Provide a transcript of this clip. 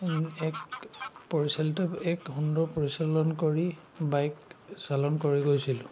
এক পৰিচালিত এক সুন্দৰ পৰিচালন কৰি বাইক চালন কৰি গৈছিলোঁ